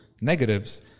Negatives